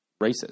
racist